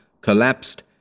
collapsed